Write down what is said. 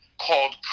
called